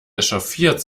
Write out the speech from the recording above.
echauffiert